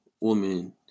woman